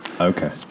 Okay